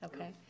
Okay